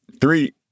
Three